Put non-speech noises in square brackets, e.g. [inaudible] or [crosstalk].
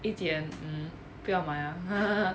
一点不要买 lah [laughs]